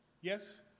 Yes